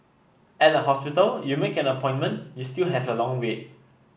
at a hospital you make an appointment you still have a long wait